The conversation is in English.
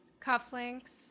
cufflinks